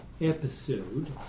episode